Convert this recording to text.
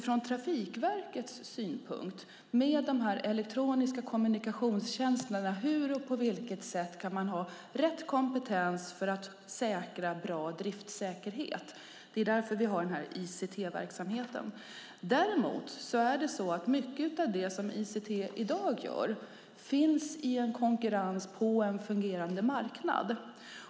Från Trafikverkets synpunkt, med tanke på de elektroniska kommunikationstjänsterna, är det avgörande att ha rätt kompetens för att säkra god driftsäkerhet. Det är därför vi har ICT-verksamheten. Men mycket av det som ICT i dag gör finns i konkurrens på en fungerande marknad.